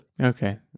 okay